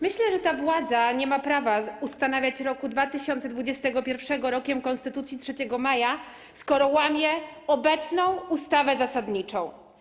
Myślę, że ta władza nie ma prawa ustanawiać roku 2021 Rokiem Konstytucji 3 Maja, skoro łamie obecną ustawę zasadniczą.